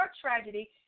tragedy